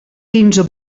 quinze